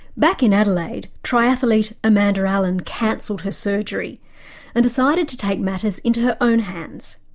back in adelaide triathlete amanda allen cancelled her surgery and decided to take matters into her own hands.